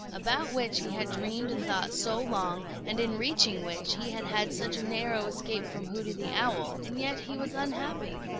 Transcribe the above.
about which he had dreamed and thought so long, and in reaching which he had had such a narrow escape from hooty the owl, and yet he was unhappy.